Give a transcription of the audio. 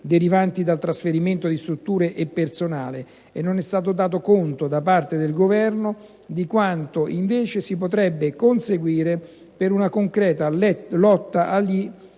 derivanti dal trasferimento di strutture e personale, e non è stato dato conto da parte del Governo di quanto invece si potrebbe conseguire con una concreta lotta agli